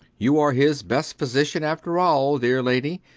you are his best physician after all, dear lady.